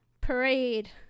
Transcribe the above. parade